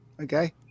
Okay